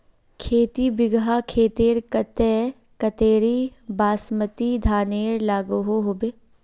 खेती बिगहा खेतेर केते कतेरी बासमती धानेर लागोहो होबे?